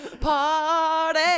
party